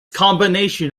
combination